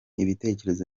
ibitekerezo